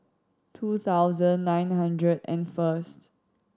two thousand nine hundred and first